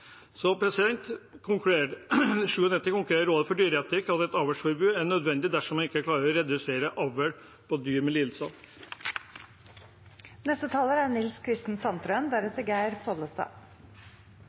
konkluderte Rådet for dyreetikk med at et avlsforbud er nødvendig dersom en ikke klarer å redusere avl på dyr med